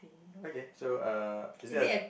okay so uh is there a